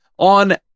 On